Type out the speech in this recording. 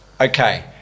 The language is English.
okay